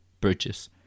purchase